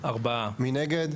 מי נגד?